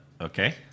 Okay